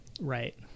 Right